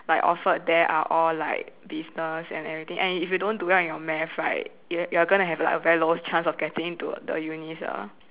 like offered there are all like business and everything and if you don't do well in your math right you're gonna have like a very low chance of getting into the unis lah